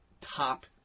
top